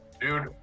Dude